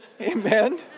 Amen